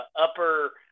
upper